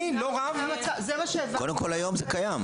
אני לא רב --- קודם כל, היום זה קיים.